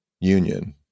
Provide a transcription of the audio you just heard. union